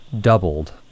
doubled